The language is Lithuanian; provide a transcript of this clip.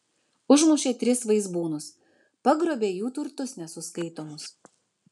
užmušė tris vaizbūnus pagrobė jų turtus nesuskaitomus